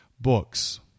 books